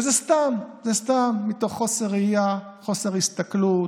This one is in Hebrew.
וזה סתם, זה סתם, מתוך חוסר ראייה, חוסר הסתכלות.